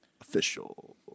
Official